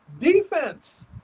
defense